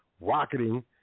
rocketing